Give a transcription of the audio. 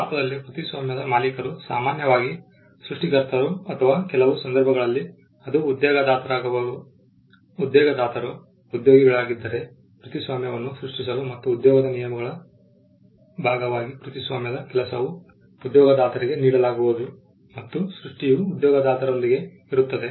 ಭಾರತದಲ್ಲಿ ಕೃತಿಸ್ವಾಮ್ಯದ ಮಾಲೀಕರು ಸಾಮಾನ್ಯವಾಗಿ ಸೃಷ್ಟಿಕರ್ತರು ಅಥವಾ ಕೆಲವು ಸಂದರ್ಭಗಳಲ್ಲಿ ಅದು ಉದ್ಯೋಗದಾತರಾಗಬಹುದು ಉದ್ಯೋಗದಾತರು ಉದ್ಯೋಗಿಗಳಾಗಿದ್ದರೆ ಕೃತಿಸ್ವಾಮ್ಯವನ್ನು ಸೃಷ್ಟಿಸಲು ಮತ್ತು ಉದ್ಯೋಗದ ನಿಯಮಗಳ ಭಾಗವಾಗಿ ಕೃತಿಸ್ವಾಮ್ಯದ ಕೆಲಸವು ಉದ್ಯೋಗದಾತರಿಗೆ ನೀಡಲಾಗುವುದು ಮತ್ತು ಸೃಷ್ಟಿಯು ಉದ್ಯೋಗದಾತರೊಂದಿಗೆ ಇರುತ್ತದೆ